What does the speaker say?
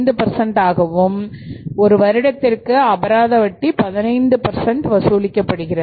5 ஆகவும் ஒரு வருடத்திற்கு அபராத வட்டி18 வசூலிக்கப்படுகிறது